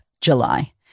July